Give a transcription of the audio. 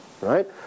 right